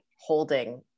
holding